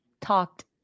talked